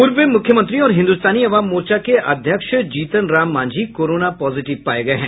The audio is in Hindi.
पूर्व मुख्यमंत्री और हिंदुस्तानी आवाम मोर्चा के अध्यक्ष जीतनराम मांझी कोरोना पॉजिटिव हो गए हैं